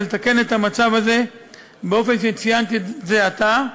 לתקן את המצב הזה באופן שציינתי זה עתה,